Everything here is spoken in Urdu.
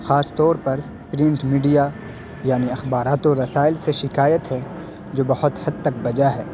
خاص طور پر پرنٹ میڈیا یعنی اخبارات و رسائل سے شکایت ہے جو بہت حد تک بجا ہے